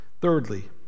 Thirdly